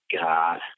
God